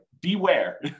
beware